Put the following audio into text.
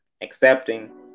accepting